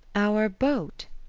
our boat?